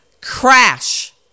crash